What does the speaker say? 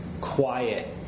quiet